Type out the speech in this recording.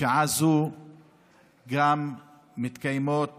בשעה זו גם מתקיימות